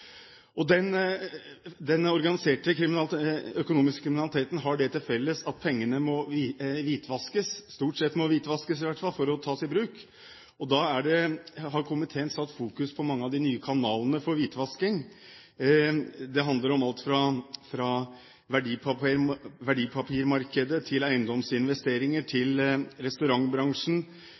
Den organiserte økonomiske kriminaliteten har det til felles at pengene, stort sett i hvert fall, må hvitvaskes for å tas i bruk. Komiteen har satt fokus på mange av de nye kanalene for hvitvasking. Det handler om alt fra verdipapirmarkedet, eiendomsinvesteringer og restaurantbransjen til